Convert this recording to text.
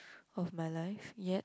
of my life yet